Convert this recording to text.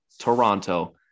Toronto